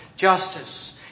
justice